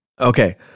Okay